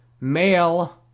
male